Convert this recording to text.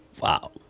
Wow